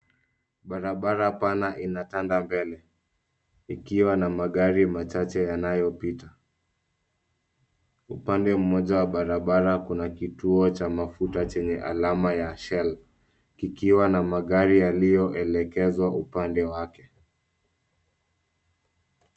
Barabara pana ina tanda mbele, ikiwa na magari machache yanayo pita. Upande mmoja wa barabara kuna kituo cha mafuta chenye alama ya shell, kikiwa na magari yaliyo elekezwa upande wake.